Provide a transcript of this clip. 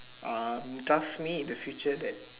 um trust me in the future that